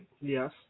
Yes